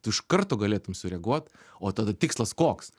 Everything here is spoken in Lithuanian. tu iš karto galėtum sureaguot o tada tikslas koks